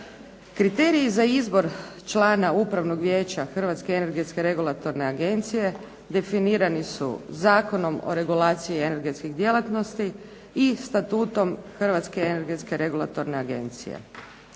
Kriteriji za izbor člana Upravnog vijeća Hrvatske energetske regulatorne agencije definirani su zakonom o regulaciji energetskih djelatnosti i Statutom Hrvatske energetske regulatorne agencije.